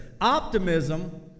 Optimism